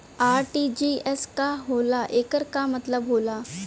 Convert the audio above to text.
RTGS का होला एकर का मतलब होला?